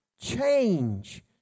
change